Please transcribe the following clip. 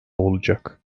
olacak